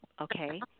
Okay